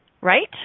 right